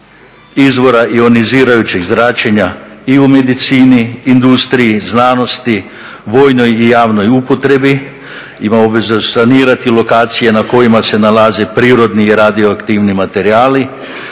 izvora ionizirajućeg zračenja i u medicini, industriji, znanosti, vojnoj i javnoj upotrebi, ima obaveze sanirati lokacije na kojima se nalaze prirodni radioaktivni materijali,